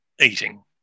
eating